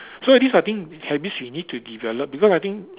so these I think habits you need to develop because I think